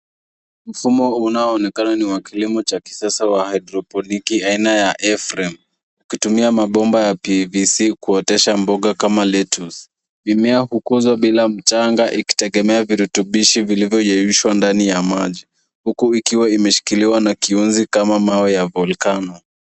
Mfumo unaonekana ni wa kilimo cha kisasa cha hydroponic aina ya A-frame ukitumia mabomba ya PVC kuotesha mboga kama lettuce. Mimea hukuzwa bila mchanga ikitegemea virutubishi vilivyoyeyushwa ndani ya maji huku ikiwa imeshikiliwa na kiunzi kama mawe ya volcano.